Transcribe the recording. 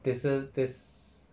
there's uh there's